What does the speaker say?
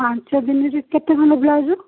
ପାଞ୍ଚ ଦିନରେ କେତେ ଖଣ୍ଡ ବ୍ଲାଉଜ୍